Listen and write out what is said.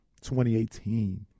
2018